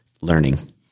learning